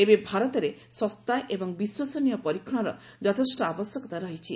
ଏବେ ଭାରତରେ ଶସ୍ତା ଏବଂ ବିଶ୍ୱସନୀୟ ପରୀକ୍ଷଣର ଯଥେଷ୍ଟ ଆବଶ୍ୟକତା ରହିଛି